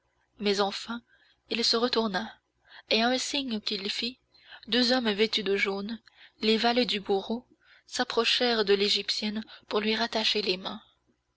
mais enfin il se retourna et à un signe qu'il fit deux hommes vêtus de jaune les valets du bourreau s'approchèrent de l'égyptienne pour lui rattacher les mains